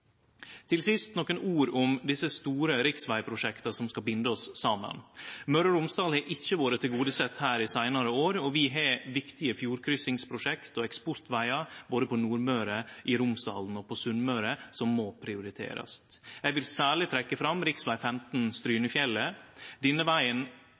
Til sist nokre ord om desse store riksvegprosjekta som skal binde oss saman. Møre og Romsdal har ikkje vore tilgodesett her i seinare år, og vi har viktige fjordkryssingsprosjekt og eksportvegar både på Nordmøre, i Romsdalen og på Sunnmøre som må prioriterast. Eg vil særleg trekkje fram rv. 15 over Strynefjellet. Denne vegen